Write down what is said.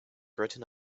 written